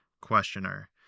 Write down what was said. Questioner